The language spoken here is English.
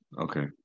okay